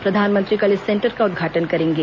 प्रधानमंत्री कल इस सेंटर का उद्घाटन करेंगे